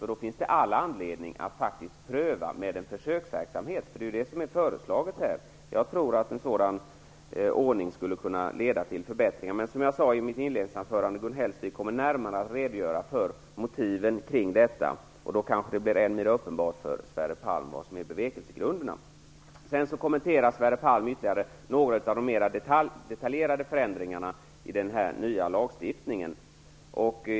Därför finns det all anledning att pröva en försöksverksamhet, vilket har föreslagits. Jag tror att en sådan ordning skulle kunna leda till förbättringar. Men som jag sade i mitt inledningsanförande kommer Gun Hellsvik att närmare redogöra för motiven för en försöksverksamhet. Då kanske det blir uppenbart för Sverre Palm vad som är bevekelsegrunderna. Sverre Palm kommenterade några av de mer detaljerade förändringarna i den nya lagstiftningen.